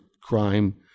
crime